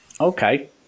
okay